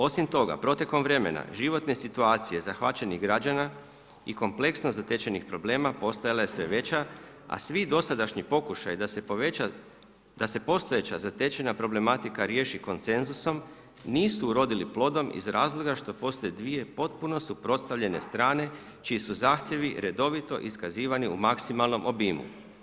Osim toga protekom vremena, životne situacije zahvaćenih građana i kompleksno zatečenih problema postajala je sve veća, a svi dosadašnji pokušaji da se postojeća zatečena problematika riješi konsenzusom nisu urodili plodom iz razloga što postoje dvije potpuno suprotstavljene strane čiji su zahtjevi redovito iskazivani u maksimalnom obimu.